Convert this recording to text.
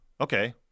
okay